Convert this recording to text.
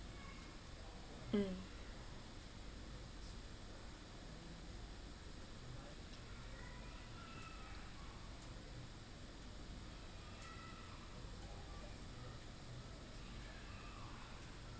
mm